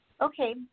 Okay